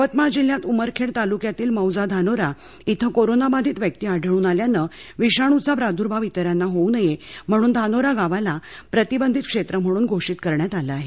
यवतमाळ जिल्ह्यात उमरखेड तालुक्यातील मौजा धानोरा इथं कोरोनाबाधित व्यक्ती आढळून आल्यानं विषाणुचा प्राद्भाव इतरांना होऊ नये म्हणून धानोरा गावाला प्रतिबंधित क्षेत्र म्हणून घोषित करण्यात आलं आहे